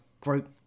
group